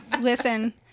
listen